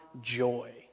joy